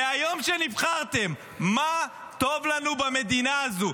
מהיום שנבחרתם, מה טוב לנו במדינה הזו?